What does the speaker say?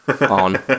on